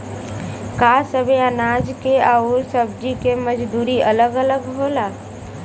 का सबे अनाज के अउर सब्ज़ी के मजदूरी अलग अलग होला?